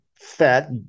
fat